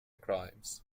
crimes